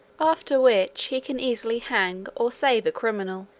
after which he can easily hang or save a criminal,